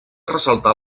ressaltar